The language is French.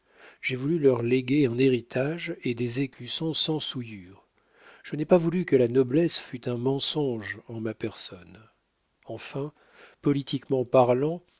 j'ai voulu leur léguer un héritage et des écussons sans souillure je n'ai pas voulu que la noblesse fût un mensonge en ma personne enfin politiquement parlant